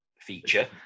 feature